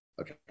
Okay